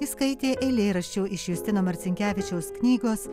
jis skaitė eilėraščio iš justino marcinkevičiaus knygos